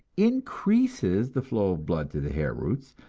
increases the flow of blood to the hair roots,